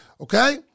okay